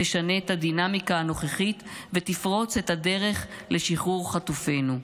תשנה את הדינמיקה הנוכחית ותפרוץ את הדרך לשחרור חטופינו,